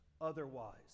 otherwise